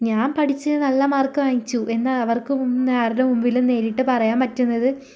ഞാൻ പഠിച്ചു നല്ല മാർക്ക് വാങ്ങിച്ചു എന്നവർക്ക് എല്ലാരുടെ മുന്നിലും നേരിട്ട് പറയാൻ പറ്റുന്നത്